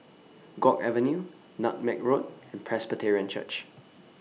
Guok Avenue Nutmeg Road and Presbyterian Church